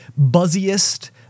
buzziest